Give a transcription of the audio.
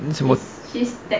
ni semut